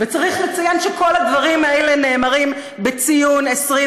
וצריך לציין שכל הדברים האלה נאמרים בציון 22